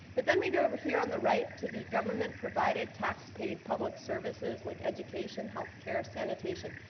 but then we go over here on the right to the government provided tax paid public services like education, healthcare, sanitation.